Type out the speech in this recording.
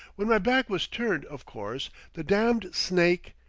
when my back was turned, of course, the damned snake!